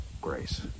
Grace